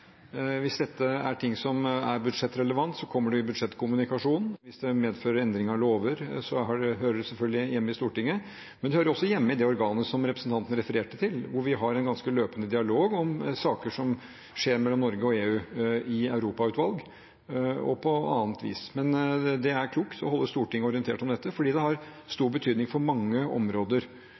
Hvis dette er ting som er budsjettrelevant, kommer det i budsjettkommunikasjonen. Hvis det medfører endring av lover, hører det selvfølgelig hjemme i Stortinget. Men det hører også hjemme i det organet som representanten refererte til, hvor vi har en ganske løpende dialog om saker som skjer mellom Norge og EU, i Europautvalget og på annet vis. Men det er klokt å holde Stortinget orientert om dette, for det har stor betydning for mange områder.